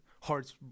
Heart's